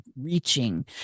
reaching